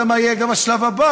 אני גם לא יודע מה יהיה השלב הבא,